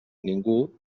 ningú